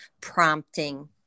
prompting